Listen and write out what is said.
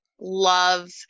love